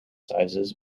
sizes